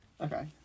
Okay